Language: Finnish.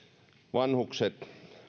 vanhukset